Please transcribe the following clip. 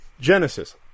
Genesis